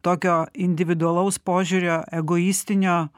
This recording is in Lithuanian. tokio individualaus požiūrio egoistinio